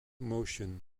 motion